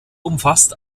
umfasst